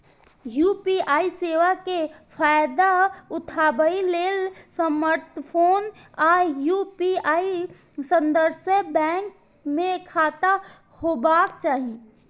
UPI सेवा के फायदा उठबै लेल स्मार्टफोन आ यू.पी.आई सदस्य बैंक मे खाता होबाक चाही